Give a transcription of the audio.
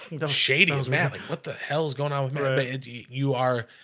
the shadings. manly what the hell's going on with you are